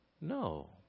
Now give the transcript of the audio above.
No